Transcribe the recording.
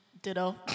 Ditto